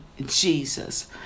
Jesus